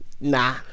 Nah